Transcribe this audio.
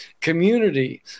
community